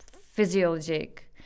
physiologic